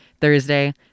Thursday